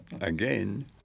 again